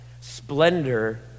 Splendor